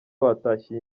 batashye